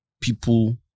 people